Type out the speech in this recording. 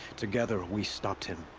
together, we stopped him.